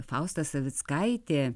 fausta savickaitė